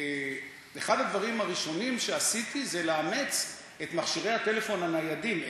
אחד הדברים הראשונים שעשיתי זה לאמץ את מכשירי הטלפון הניידים,